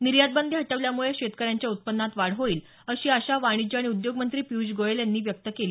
निर्यात बंदी हटवल्यामुळे शेतकऱ्यांच्या उत्पन्नात वाढ होईल अशी आशा वाणिज्य आणि उद्योग मंत्री पियूष गोयल यांनी व्यक्त केली